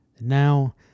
Now